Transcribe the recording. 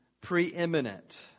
preeminent